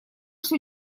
что